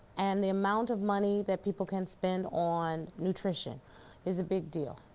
and the amount of money that people can spend on nutrition is a big deal.